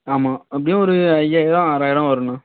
ஆமாம் எப்படியும் ஒரு ஐயாயிரம் ஆறாயிரம் வரும்ணா